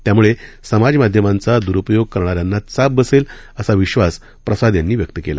त्यामुळे समाज माध्यमांचा द्रुपयोग करणाऱ्यांना चाप बसेल असा विश्वास प्रसाद यांनी व्यक्त केला